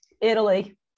Italy